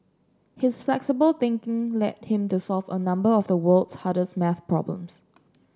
his flexible thinking led him to solve a number of the world's hardest maths problems